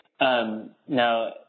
Now